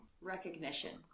Recognition